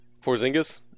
Porzingis